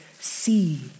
see